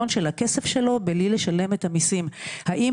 האם